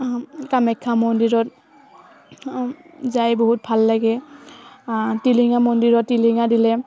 কামাখ্যা মন্দিৰত যাই বহুত ভাল লাগে টিলিঙা মন্দিৰত টিলিঙা দিলে